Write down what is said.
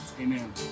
Amen